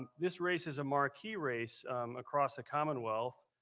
this race is a marquee race across the commonwealth.